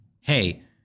hey